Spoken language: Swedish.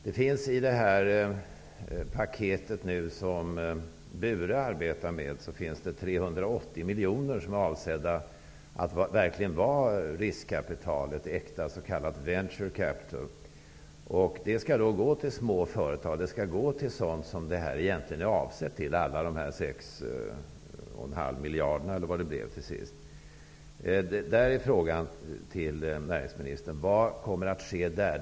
Det finns i det paket som Bure arbetar med 380 miljoner avsedda att verkligen vara ett riskkapital, ett äkta ''venture capital'', som skall gå till små företag och sådant som det hela egentligen är avsett till. Jag tänker då på alla de 6 miljarderna, eller vad det nu till sist blev. Min fråga till näringsministern blir: Vad kommer att ske där?